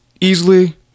easily